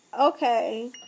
Okay